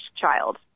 child